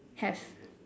have